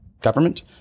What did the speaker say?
government